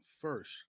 first